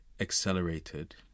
accelerated